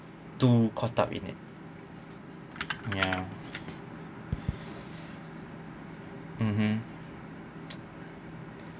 too caught up in it ya mmhmm